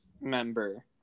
member